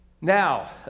Now